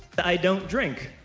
but i don't drink,